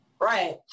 right